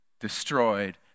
destroyed